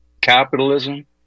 Capitalism